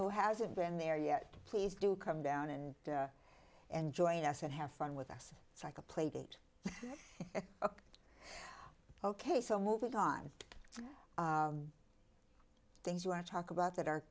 who hasn't been there yet please do come down in and join us and have fun with us it's like a play date ok so move it on the things you want to talk about that are